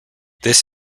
this